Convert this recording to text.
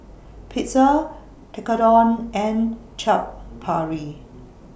Pizza Tekkadon and Chaat Papri